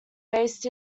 based